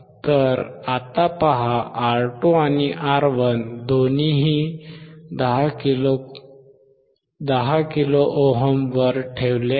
तर आत्ता पहा R2आणि R1 दोन्ही 10 किलो ohm 10kΩ वर ठेवले आहेत